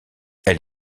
elle